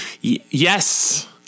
Yes